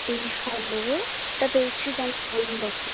ए hello तपाईँ सृजना बोल्नु भएको हो